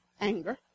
anger